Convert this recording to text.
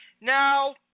now